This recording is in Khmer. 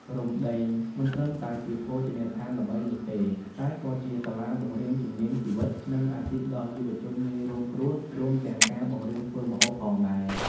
Romdeng មិនត្រឹមតែជាភោជនីយដ្ឋានល្បីនោះទេ តែក៏ជាសាលាបង្រៀនជំនាញជីវិត និងអាជីពដល់យុវជនងាយរងគ្រោះ រួមទាំងការបង្រៀនធ្វើម្ហូបផងដែរ ។